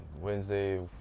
Wednesday